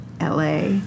LA